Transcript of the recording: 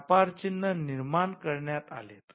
व्यापार चिन्ह निर्माण करण्यात आलेत